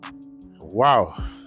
wow